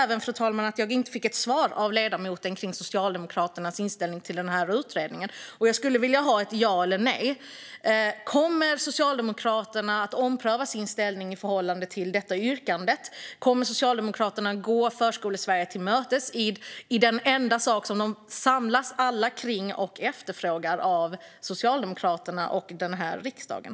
Jag noterar att jag inte fick något svar från ledamoten om Socialdemokraternas inställning till en utredning. Jag skulle vilja få ett ja eller ett nej. Kommer Socialdemokraterna att ompröva sin inställning till yrkandet? Kommer Socialdemokraterna att gå Förskolesverige till mötes i den enda sak som alla samlas kring och efterfrågar från Socialdemokraterna och den här riksdagen?